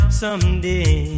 someday